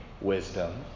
wisdom